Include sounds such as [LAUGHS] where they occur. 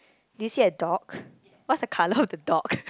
do you see a dog what's the colour of the dog [LAUGHS]